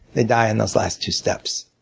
they die on those last two steps,